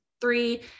three